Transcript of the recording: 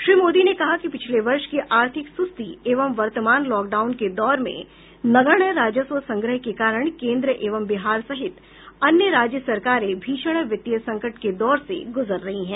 श्री मोदी ने कहा कि पिछले वर्ष की आर्थिक सुस्ती एवं वर्तमान लॉकडाउन के दौर में नगण्य राजस्व संग्रह के कारण केन्द्र एवं बिहार सहित अन्य राज्य सरकारें भीषण वित्तीय संकट के दौर से गुजर रही हैं